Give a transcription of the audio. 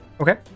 okay